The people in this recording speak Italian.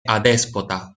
adespota